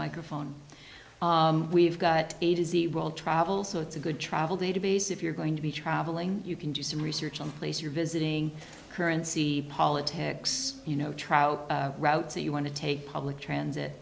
microphone we've got a dizzy world travel so it's a good travel database if you're going to be traveling you can do some research on place you're visiting currency politics you know try out routes you want to take public transit